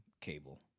cable